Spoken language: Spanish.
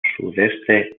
sudeste